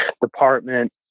department